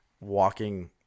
walking